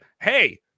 hey